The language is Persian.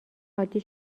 عادی